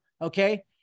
okay